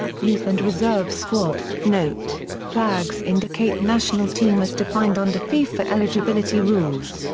youth and reserve squad note flags indicate national team as defined under fifa eligibility rules.